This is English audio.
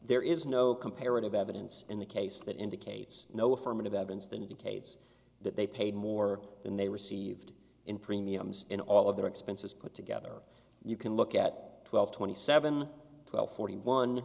there is no comparative evidence in the case that indicates no affirmative evidence that indicates that they paid more than they received in premiums in all of their expenses put together you can look at twelve twenty seven twelve forty one